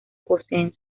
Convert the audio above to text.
poseen